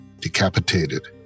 decapitated